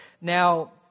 Now